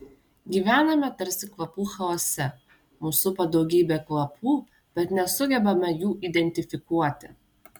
gyvename tarsi kvapų chaose mus supa daugybė kvapų bet nesugebame jų identifikuoti